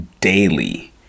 daily